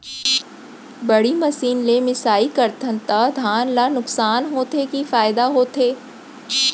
बड़ी मशीन ले मिसाई करथन त धान ल नुकसान होथे की फायदा होथे?